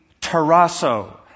tarasso